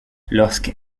lorsque